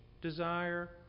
desire